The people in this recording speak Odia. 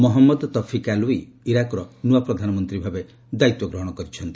ମହମ୍ମଦ ତଫିକ୍ ଆଲଓ୍ପି ଇରାକର ନୂଆ ପ୍ରଧାନମନ୍ତ୍ରୀ ଭାବେ ଦାୟିତ୍ୱ ଗ୍ରହଣ କରିଛନ୍ତି